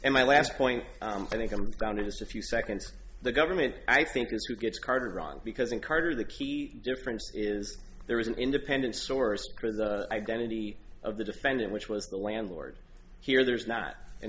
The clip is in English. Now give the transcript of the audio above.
and my last point i think i'm down to just a few seconds the government i think is who gets carded wrong because in carter the key difference is there is an independent source because the identity of the defendant which was the landlord here there is not a